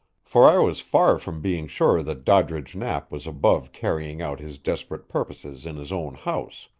for i was far from being sure that doddridge knapp was above carrying out his desperate purposes in his own house,